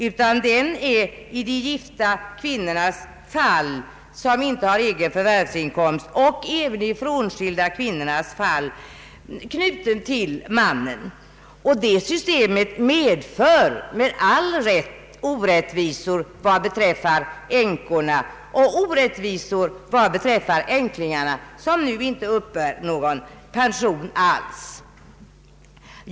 För gifta — och även frånskilda — kvinnor, som inte har förvärvsinkomst är pensionen knuten till mannen, och det systemet leder med nödvändighet till orättvisor vad beträffar änkorna liksom beträffande änklingarna, som nu inte uppbär någon pension motsvarande änkepensionen.